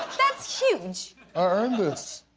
that's huge earned this.